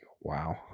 wow